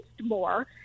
more